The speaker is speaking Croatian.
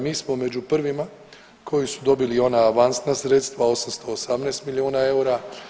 Mi smo među prvima koji su dobili i ona avansna sredstva 818 milijuna eura.